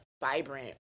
vibrant